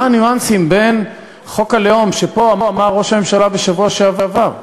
מה הניואנסים בין חוק הלאום שעליו אמר ראש הממשלה בשבוע שעבר: